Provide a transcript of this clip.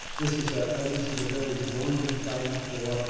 this is ah this is a bill we've long been fighting for.